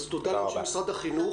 תודה לאנשי משרד החינוך.